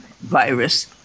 virus